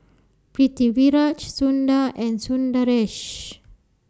Pritiviraj Sundar and Sundaresh